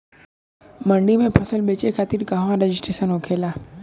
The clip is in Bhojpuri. मंडी में फसल बेचे खातिर कहवा रजिस्ट्रेशन होखेला?